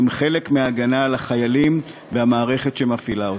הם חלק מההגנה על החיילים והמערכת שמפעילה אותם.